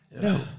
No